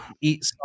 eat